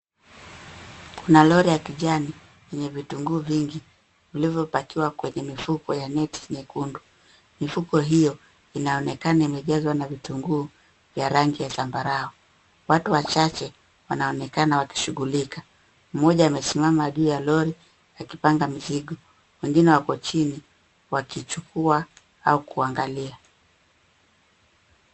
Kuna lori ya kijani enye vitunguu vingi vilvyopakiwa kwenye mifuko ya neti nyekundu. Mifuko hio inaonekana imejazwa na vitunguu ya rangi ya zambarau. Watu wachache wanaonekana wakishughulika, mmoja amesimama juu ya lori akipanga mizigo, wengine wako chini wakichukua au kuangalia.